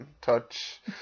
touch